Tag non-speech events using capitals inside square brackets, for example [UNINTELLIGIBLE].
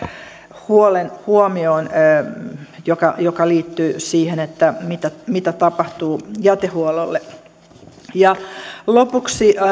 huolen joka joka liittyy siihen [UNINTELLIGIBLE] mitä mitä tapahtuu jätehuollolle lopuksi